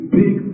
big